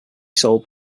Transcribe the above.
sold